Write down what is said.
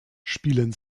spielen